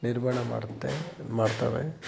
ನಿರ್ಮಾಣ ಮಾಡುತ್ತೆ ಮಾಡ್ತಾವೆ